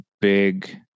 big